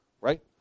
right